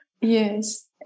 yes